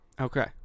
okay